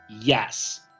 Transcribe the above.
Yes